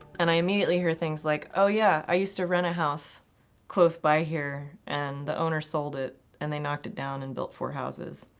and i immediately hear things like, oh yeah, yeah, i used to rent a house close by here. and the owner sold it, and they knocked it down and built four houses.